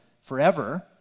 forever